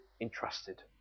entrusted